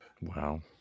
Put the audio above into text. Wow